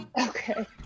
Okay